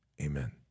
Amen